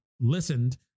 listened